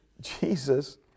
Jesus